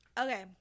okay